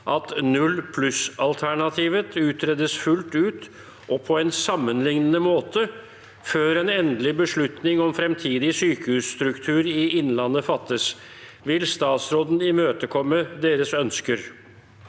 at nullpluss-alternativet utredes fullt ut, og på en sammenlignende måte, før en endelig beslutning om framtidig sykehusstruktur i Innlandet fattes. Vil statsråden imøtekomme deres ønsker?»